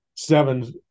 seven